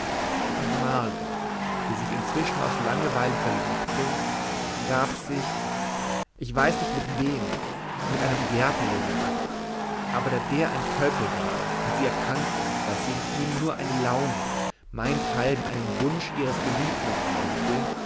und marga die sich inzwischen aus langerweile verliebte gab sich ich weiß nicht mit wem mit einem gärtnerjungen ab aber da der ein tölpel war und sie erkannte daß sie in ihm nur eine laune meinthalb einen wunsch ihres geliebten umarmte